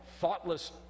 thoughtless